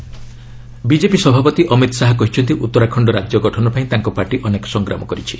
Amit Shah Uttarkashi BJP ସଭାପତି ଅମିତ ଶାହା କହିଛନ୍ତି ଉତ୍ତରାଖଣ୍ଡ ରାଜ୍ୟ ଗଠନ ପାଇଁ ତାଙ୍କ ପାର୍ଟି ଅନେକ ସଂଗ୍ରାମ କରିଛି